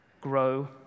grow